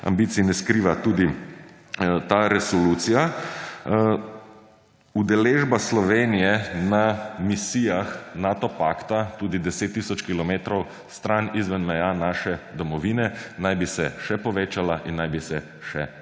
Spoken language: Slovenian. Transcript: ambicij ne skriva tudi ta resolucija: udeležba Slovenije na misijah Nato pakta, tudi 10 tisoč kilometrov stran izven meja naše domovine, naj bi se še povečala in naj bi se še